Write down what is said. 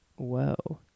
Whoa